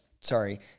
sorry